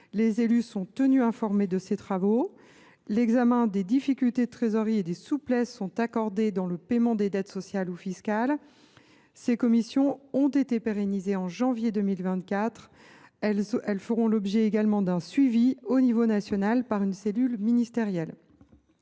Les élus sont tenus informés des travaux – examen des difficultés de trésorerie et souplesses accordées dans le paiement des dettes sociales ou fiscales. Ces commissions ont été pérennisées en janvier 2024. Elles feront également l’objet d’un suivi réalisé au niveau national par une cellule ministérielle.